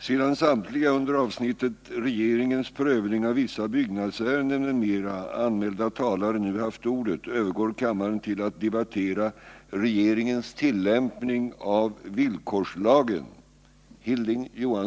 Sedan samtliga under avsnittet Regeringens prövning av vissa byggnadsärenden m.m. anmälda talare nu haft ordet övergår kammaren till att debattera Regeringens tillämpning av villkorslagen.